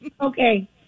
okay